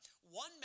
One